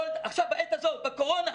עכשיו, בעת הזאת, בקורונה.